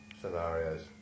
scenarios